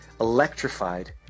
electrified